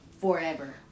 forever